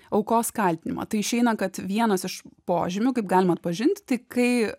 aukos kaltinimą tai išeina kad vienas iš požymių kaip galima atpažinti tai kai